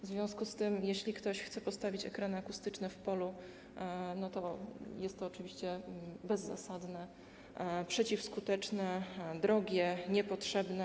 W związku z tym, jeśli ktoś chce postawić ekrany akustyczne w polu, jest to oczywiście bezzasadne, przeciwskuteczne, drogie, niepotrzebne.